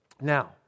Now